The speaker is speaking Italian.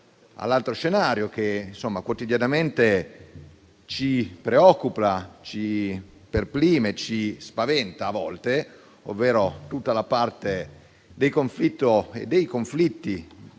all'altro scenario che quotidianamente ci preoccupa, ci lascia perplessi e ci spaventa, a volte, ovvero tutta la parte del conflitto